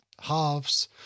halves